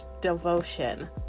devotion